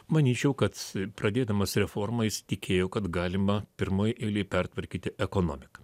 manyčiau kad pradėdamas reformą jis tikėjo kad galima pirmoj eilėj pertvarkyti ekonomiką